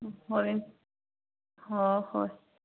ꯍꯣꯏ ꯍꯣ ꯍꯣꯏ